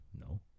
No